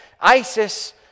ISIS